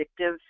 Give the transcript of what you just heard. addictive